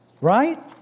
right